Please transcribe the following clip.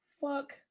fuck